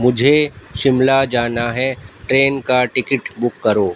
مجھے شملہ جانا ہے ٹرین کا ٹکٹ بک کرو